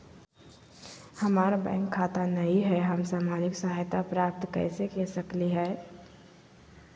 हमार बैंक खाता नई हई, हम सामाजिक सहायता प्राप्त कैसे के सकली हई?